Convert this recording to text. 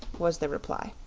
was the reply,